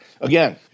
Again